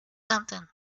something